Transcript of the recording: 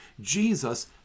Jesus